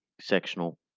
sectional